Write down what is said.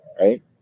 right